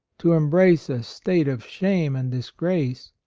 to embrace a state of shame and disgrace.